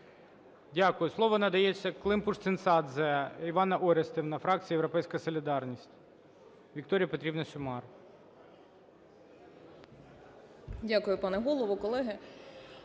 Дякую. Слово надається Климпуш-Цинцадзе Іванна Орестівна, фракція "Європейська солідарність". Вікторія Петрівна Сюмар. 17:47:45 СЮМАР В.П. Дякую, пане голово, колеги.